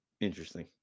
Interesting